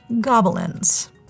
Goblins